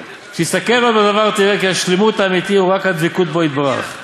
כשתסתכל עוד בדבר תראה כי השלמות האמיתי הוא רק הדבקות בו יתברך,